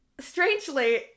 Strangely